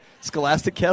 scholastic